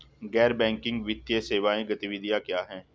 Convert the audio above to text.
गैर बैंकिंग वित्तीय सेवा गतिविधियाँ क्या हैं?